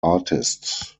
artists